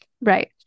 Right